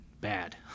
bad